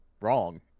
wrong